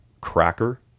Cracker